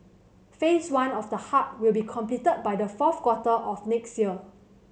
Phase One of the hub will be completed by the fourth quarter of next year